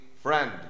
Friend